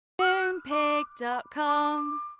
Moonpig.com